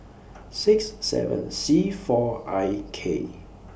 six seven C four I K